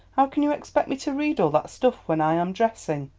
how can you expect me to read all that stuff when i am dressing?